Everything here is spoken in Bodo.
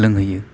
लोंहैयो